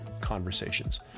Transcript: Conversations